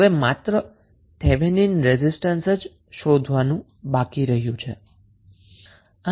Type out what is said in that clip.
તો હવે આપણે માત્ર થેવેનિન રેઝિસ્ટન્સ શોધવાનું જ બાકી રહ્યું